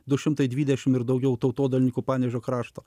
du šimtai dvidešim ir daugiau tautodailininkų panevėžio krašto